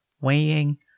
weighing